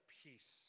peace